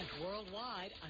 worldwide